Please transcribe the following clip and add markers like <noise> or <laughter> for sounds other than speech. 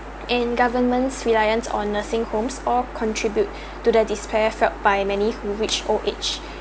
and government's reliance on nursing homes or contribute <breath> to their despair felt by many who reach old age